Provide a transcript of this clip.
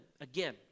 again